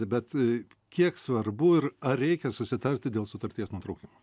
bet kiek svarbu ir ar reikia susitarti dėl sutarties nutraukimo